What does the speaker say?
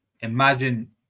imagine